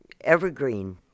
evergreen